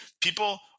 People